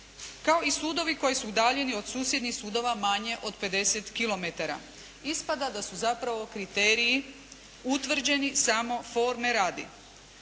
kao i sudovi koji su udaljeni od susjednih sudova manje od 50 km. Ispada da su zapravo kriteriji utvrđeni samo forme radi.